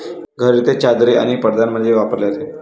घरी ते चादरी आणि पडद्यांमध्ये वापरले जाते